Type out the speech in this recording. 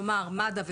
כלומר מד"א וכב"ה,